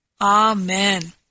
Amen